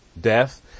death